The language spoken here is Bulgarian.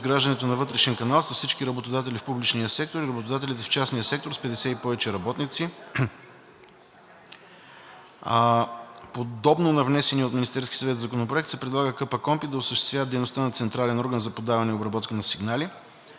изграждането на вътрешен канал са всички работодатели в публичния сектор и работодателите в частния сектор с 50 и повече работници и служители. Подобно на внесения от Министерския съвет законопроект се предлага КПКОНПИ да осъществява дейността на централен орган за подаване и обработка на сигнали.